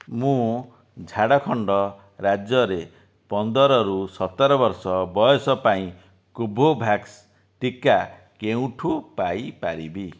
ମୁଁ ଝାଡ଼ଖଣ୍ଡ ରାଜ୍ୟରେ ପନ୍ଦର ରୁ ସତର ବର୍ଷ ବୟସ ପାଇଁ କୋଭୋଭ୍ୟାକ୍ସ ଟିକା କେଉଁଠୁ ପାଇ ପାରିବି